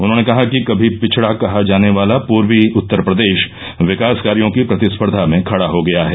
उन्होंने कहा कि कभी पिछड़ा कहा जाने वाला पूर्वी उत्तर प्रदेश विकास कार्यों की प्रतिस्पर्या में खड़ा हो गया है